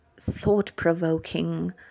thought-provoking